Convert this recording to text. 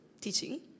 teaching